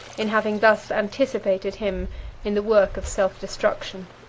in having thus anticipated him in the work of self-destruction.